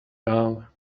now